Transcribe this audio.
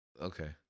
okay